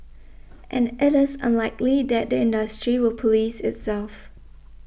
and it is unlikely that the industry will police itself